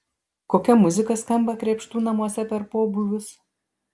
kokia muzika skamba krėpštų namuose per pobūvius